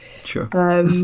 Sure